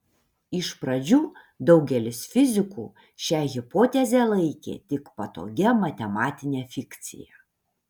iš pradžių daugelis fizikų šią hipotezę laikė tik patogia matematine fikcija